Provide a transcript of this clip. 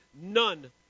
none